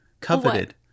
Coveted